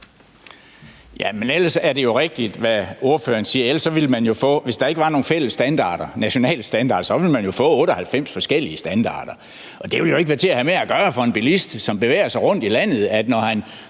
Jamen det er jo rigtigt, hvad ordføreren siger, at hvis der ikke var nogen fælles nationale standarder, ville man jo få 98 forskellige standarder. Og det ville jo ikke være til at have med at gøre for en bilist, som bevæger sig rundt i landet, at når han